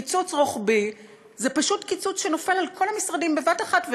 קיצוץ רוחבי זה פשוט קיצוץ שנופל על כל המשרדים בבת אחת,